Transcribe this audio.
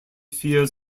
fears